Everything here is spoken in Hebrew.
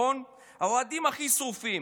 האוהדים הכי שרופים.